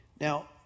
Now